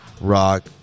rock